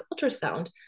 ultrasound